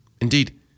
Indeed